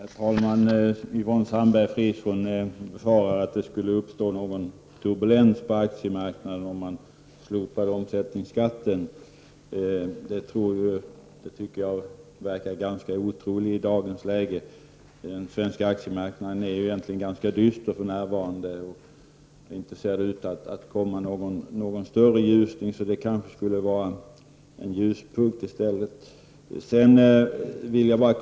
Herr talman! Yvonne Sandberg-Fries befarar att det skulle uppstå en turbulens på aktiemarknaden om man slopade omsättningsskatten. Jag tycker att det verkar ganska otroligt i dagens läge. Den svenska aktiemarknaden är ganska dyster för närvarande, och det ser inte ut som om någon större ljus ning skulle komma. Ett slopande av omsättningsskatten skulle kanske i stället bara bli en ljuspunkt.